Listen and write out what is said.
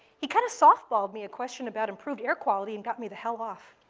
he kind of softballed me a question about improved air quality and got me the hell off.